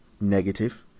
Negative